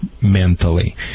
mentally